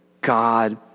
God